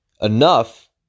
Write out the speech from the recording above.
enough